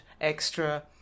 extra